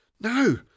No